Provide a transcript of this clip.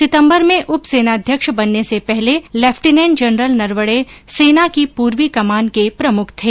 सितंबर में उप सेनाध्यक्ष बनने से पहले लेफ्टिनेंट जनरल नरवणे सेना की पूर्वी कमान के प्रमुख थे